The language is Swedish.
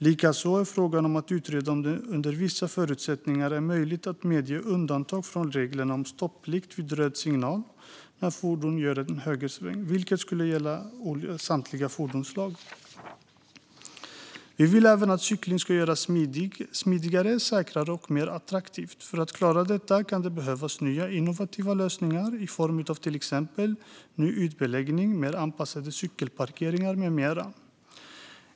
Man ska också utreda om det under vissa förutsättningar är möjligt att medge undantag från reglerna om stopplikt vid röd signal när fordonet gör en högersväng, vilket skulle gälla samtliga fordonsslag. Vi vill även att cyklingen ska göras smidigare, säkrare och mer attraktiv. För att klara detta kan det behövas nya innovativa lösningar i form av ny ytbeläggning, mer anpassade cykelparkeringar med mera.